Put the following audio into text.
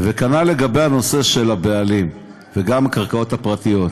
וכנ"ל לגבי הנושא של הבעלים, וגם הקרקעות הפרטיות,